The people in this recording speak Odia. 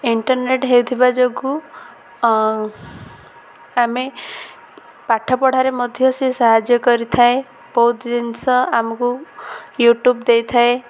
ଇଣ୍ଟରନେଟ୍ ହେଉଥିବା ଯୋଗୁଁ ଆମେ ପାଠ ପଢ଼ାରେ ମଧ୍ୟ ସେଏ ସାହାଯ୍ୟ କରିଥାଏ ବହୁତ ଜିନିଷ ଆମକୁ ୟୁଟ୍ୟୁବ ଦେଇଥାଏ